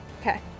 Okay